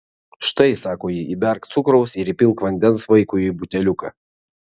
štai sako ji įberk cukraus ir įpilk vandens vaikui į buteliuką